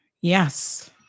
yes